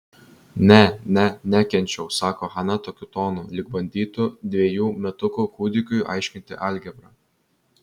ne ne nekenčiau sako hana tokiu tonu lyg bandytų dvejų metukų kūdikiui aiškinti algebrą